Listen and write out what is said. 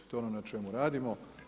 To je ono na čemu radimo.